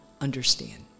Understand